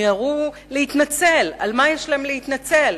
מיהרו להתנצל ולהצטדק על המצב הנורא,